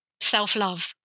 self-love